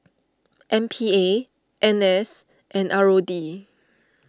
M P A N S and R O D